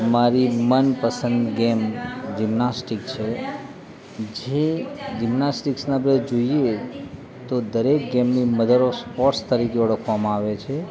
મારી મનપસંદ game gymnastic છે જે જિમ્નાસ્ટીકસને આપણે જોઈએ તો દરેક ગેમની મધર ઓફ સ્પોર્ટ્સ તરીકે ઓળખવામાં આવે છે